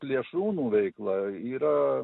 plėšrūnų veikla yra